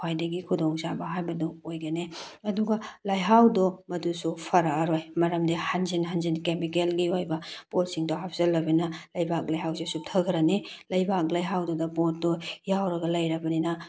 ꯈ꯭ꯋꯥꯏꯗꯒꯤ ꯈꯨꯗꯣꯡꯆꯥꯕ ꯍꯥꯏꯕꯗꯨ ꯑꯣꯏꯒꯅꯤ ꯑꯗꯨꯒ ꯂꯩꯍꯥꯎꯗꯣ ꯃꯗꯨꯁꯨ ꯐꯔꯛꯑꯔꯣꯏ ꯃꯔꯝꯗꯤ ꯍꯟꯖꯤꯟ ꯍꯟꯖꯤꯟ ꯀꯦꯃꯤꯀꯦꯜꯒꯤ ꯑꯣꯏꯕ ꯄꯣꯠꯁꯤꯡꯗꯣ ꯍꯥꯞꯆꯤꯜꯂꯕꯅꯤꯅ ꯂꯩꯕꯥꯛ ꯂꯩꯍꯥꯎꯁꯦ ꯆꯨꯞꯊꯈ꯭ꯔꯅꯤ ꯂꯩꯕꯥꯛ ꯂꯩꯍꯥꯎꯗꯨꯗ ꯄꯣꯠꯇꯣ ꯌꯥꯎꯔꯒ ꯂꯩꯔꯕꯅꯤꯅ